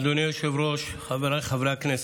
אדוני היושב-ראש, חבריי חברי הכנסת,